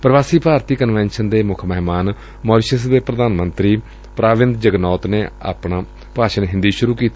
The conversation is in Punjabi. ਪ੍ਰਵਾਸੀ ਭਾਰਤੀ ਕਨਵੈਨਸ਼ਨ ਦੇ ਮੁੱਖ ਮਹਿਮਾਨ ਮੌਰੀਸ਼ੀਅਸ਼ ਦੇ ਪ੍ਰਧਾਨ ਮੰਤਰੀ ਪ੍ਰਾਵਿੰਦ ਜਗਨੌਤ ਨੇ ਆਪਣਾ ਭਾਸ਼ਣ ਹਿੰਦੀ ਚ ਸੂਰੂ ਕੀਤਾ